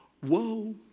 Whoa